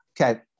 Okay